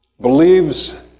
believes